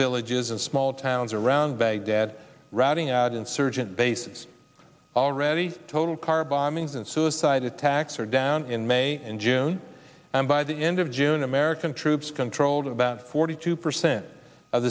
villages and small towns around baghdad ratting out insurgent bases already total car bombings and suicide attacks are down in may and june and by the end of june american troops controlled about forty two percent of